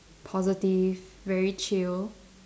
positive very chill